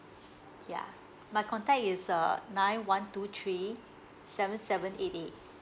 yeah my contact is uh nine one two three seven seven eight eight